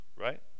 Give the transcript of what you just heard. right